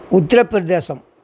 Uttar Pradesh